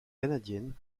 canadiennes